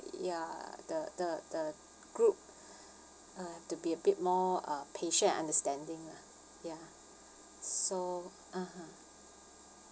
ya the the the group uh have to be a bit more uh patient and understanding lah ya so (uh huh)